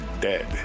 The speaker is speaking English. dead